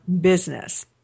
business